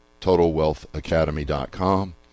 totalwealthacademy.com